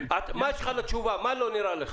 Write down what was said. מה לא נראה לך?